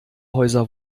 häuser